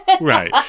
Right